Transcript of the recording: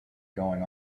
going